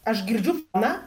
aš girdžiu na